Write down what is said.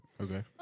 Okay